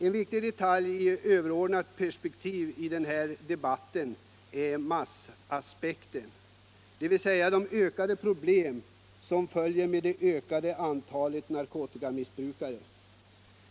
En viktig detalj i ett överordnat perspektiv är massaspekten, dvs. de ökade problem som följer med ett ökande antal narkotikamissbrukare.